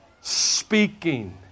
speaking